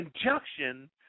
conjunction